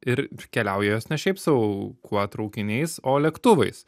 ir keliauja jos ne šiaip sau kuo traukiniais o lėktuvais